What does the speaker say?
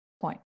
point